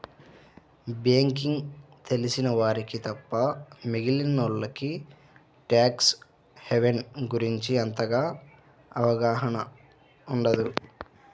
banking తెలిసిన వారికి తప్ప మిగిలినోల్లకి ట్యాక్స్ హెవెన్ గురించి అంతగా అవగాహన ఉండదు